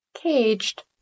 Caged